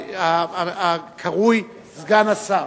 הקרוי סגן השר.